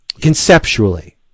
Conceptually